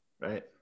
Right